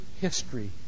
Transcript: history